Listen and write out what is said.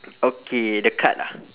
okay the card ah